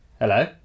Hello